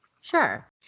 sure